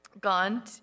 gone